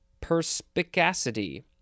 Perspicacity